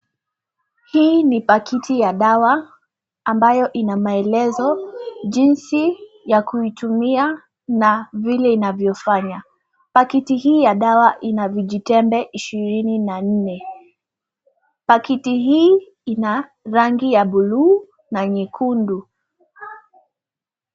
Hii ni pakiti ya dawa ambayo ina maelezo, jinsi ya kuitumia na vile inavyofanya. Pakiti hii ya dawa ina vijitembe ishirini na nne. Pakiti hii ina rangi ya buluu na nyekundu.